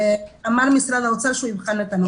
ומר משרד האוצר שהוא יבחן את הנושא.